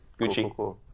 Gucci